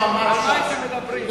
על מה הייתם מדברים?